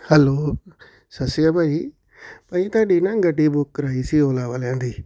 hello Sat Shri Akal ਭਾਅ ਜੀ ਭਾਅ ਜੀ ਤੁਹਾਡੀ ਨਾ ਗੱਡੀ ਬੁੱਕ ਕਰਵਾਈ ਸੀ ਓਲਾ ਵਾਲਿਆਂ ਦੀ